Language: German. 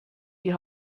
die